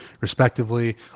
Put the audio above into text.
respectively